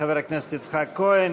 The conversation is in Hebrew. חבר הכנסת יצחק כהן.